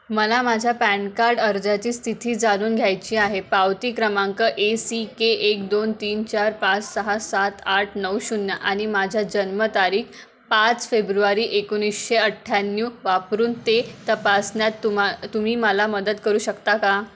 मला माझ्या PAN card अर्जाची स्थिती जाणून घ्यायची आहे पावती क्रमांक ए सी के एक दोन तीन चार पाच सहा सात आठ नऊ शून्य आणि माझी जन्मतारीख पाच फेब्रुवारी एकोणीसशे अठ्याण्णव वापरून ते तपासण्यात तुमा तुम्ही मला मदत करू शकता का